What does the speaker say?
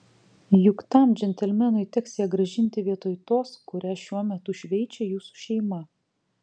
juk tam džentelmenui teks ją grąžinti vietoj tos kurią šiuo metu šveičia jūsų šeima